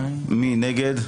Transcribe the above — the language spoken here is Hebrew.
מי נגד?